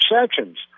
sections